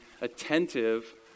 attentive